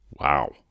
Wow